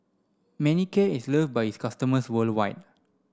Manicare is love by its customers worldwide